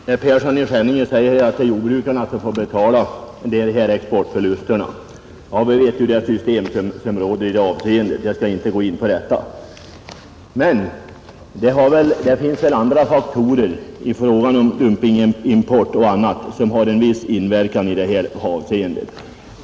Herr talman! Herr Persson i Skänninge säger att jordbrukarna får betala exportförlusterna, Ja, vi vet ju vilket system som råder i det avseendet, och jag skall nu inte gå in på detta. Men det finns väl andra faktorer, dumpingimport och annat som också har en viss inverkan i detta avseende.